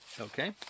Okay